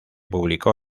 publicó